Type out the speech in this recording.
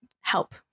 help